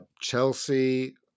Chelsea